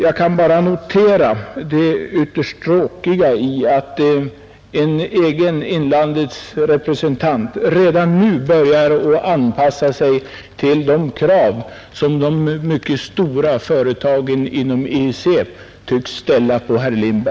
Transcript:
Jag kan bara notera det ytterst tråkiga i att herr Lindberg, en inlandets egen representant, redan nu börjar anpassa sig till de krav som de mycket stora företagen inom EEC tycks ställa på honom.